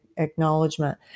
acknowledgement